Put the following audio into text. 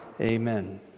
Amen